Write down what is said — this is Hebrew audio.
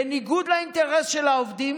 בניגוד לאינטרס של העובדים,